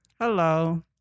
Hello